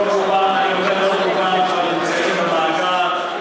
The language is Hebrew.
רוב-רובם כבר נמצאים במאגר,